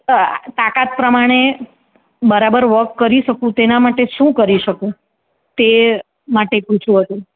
અ તાકાત પ્રમાણે બરાબર વક કરી શકું તેના માટે શું કરી શકું તે માટે પૂછવું હતું